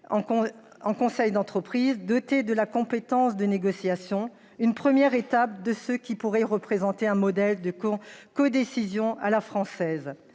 en conseil d'entreprise doté de la compétence de négociation. C'est une première étape vers ce qui pourrait représenter un modèle de codécision à la française.